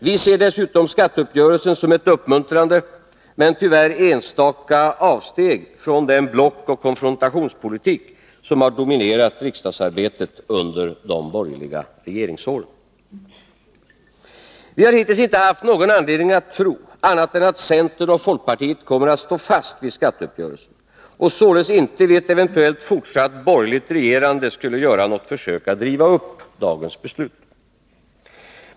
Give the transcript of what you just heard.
Vi ser dessutom skatteuppgörelsen som ett uppmuntrande, men tyvärr enstaka, avsteg från den blockoch konfrontationspolitik som har dominerat riksdagsarbetet under de borgerliga regeringsåren. Vi har hittills inte haft någon anledning att tro annat än att centern och folkpartiet kommer att stå fast vid skatteuppgörelsen, och således inte göra något försök att riva upp dagens beslut vid ett eventuellt fortsatt borgerligt regerande.